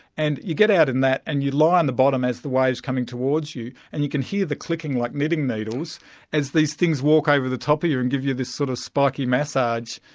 and you get out in that and you lie on the bottom as the wave is coming towards you and you can hear the clicking like knitting needles as these things walk over the top of you and give you this sort of spiky massage,